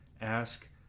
ask